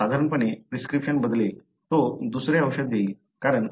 तो साधारणपणे प्रिस्क्रिप्शन बदलेल तो दुसरे औषध देईल